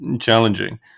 challenging